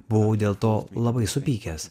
buvau dėl to labai supykęs